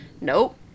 Nope